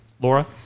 Laura